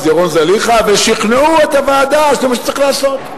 ירון זליכה ושכנעו את הוועדה שזה מה שצריך לעשות.